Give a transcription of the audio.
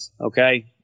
Okay